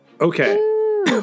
Okay